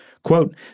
Quote